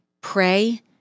pray